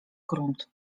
grunt